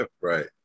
Right